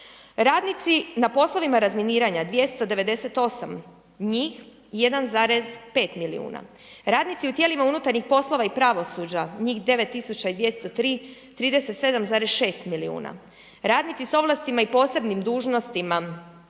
Radnici na poslovima razminiranja, 298 njih, 1,5 milijuna. Radnici u tijelima unutarnjih poslova i pravosuđa, njih 9203, 37,6 milijuna. Radnicima s ovlastima i posebnim dužnostima,